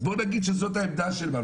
אם זאת העמדה של הממשלה,